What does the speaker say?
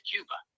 Cuba